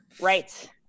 Right